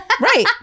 Right